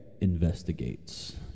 investigates